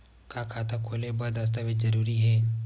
का खाता खोले बर दस्तावेज जरूरी हे?